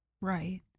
right